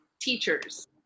teachers